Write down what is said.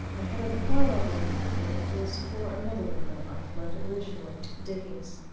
i have implied, i believe, that it was for another woman i fled originally to the diggings.